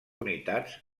unitats